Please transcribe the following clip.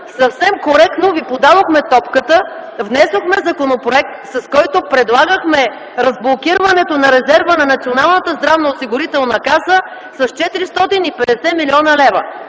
съвсем коректно ви подавахме топката – внесохме законопроект, с който предлагахме разблокирането на резерва на Националната здравноосигурителна каса с 450 млн. лв.?